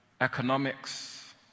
economics